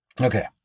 okay